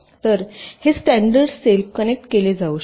तर हे standard cell connect केले जाऊ शकते